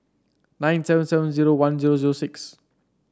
nine seven seven zero one zero zero six